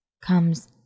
comes